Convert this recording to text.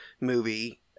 movie